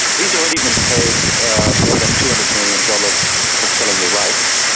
he's already been paid more than two hundred million dollars for selling the rights,